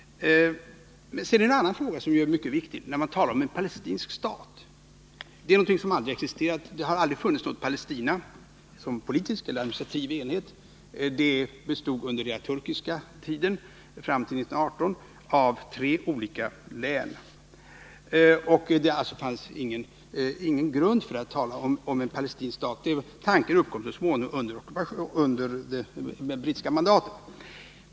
Sedan är det en annan fråga som är mycket viktig när man talar om en palestinsk stat. Någon sådan har aldrig existerat — det har aldrig funnits något Palestina som politisk eller administrativ enhet. Det bestod under den turkiska tiden, fram till 1918, av tre olika län. Det fanns alltså ingen grund för att tala om en palestinsk stat. Tanken uppkom så småningom under det brittiska mandatet.